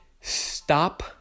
Stop